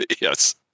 Yes